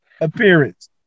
appearance